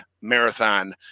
marathon